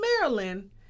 Maryland